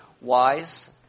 wise